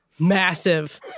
massive